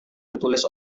ditulis